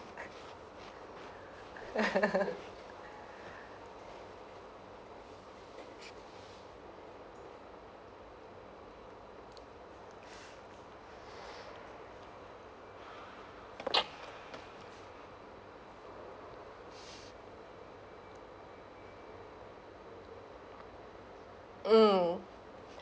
mm